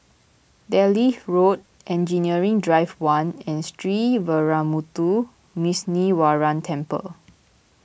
Delhi Road Engineering Drive one and Sree Veeramuthu Muneeswaran Temple